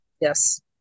yes